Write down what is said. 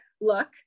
look